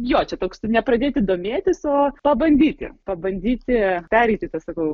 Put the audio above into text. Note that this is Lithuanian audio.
jo čia toks ne pradėti domėtis o pabandyti pabandyti pereiti tą sakau